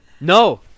No